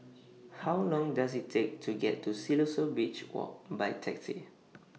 How Long Does IT Take to get to Siloso Beach Walk By Taxi